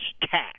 tax